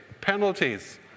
penalties